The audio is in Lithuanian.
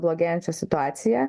blogėjančią situaciją